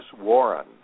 Warren